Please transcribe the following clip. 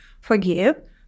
forgive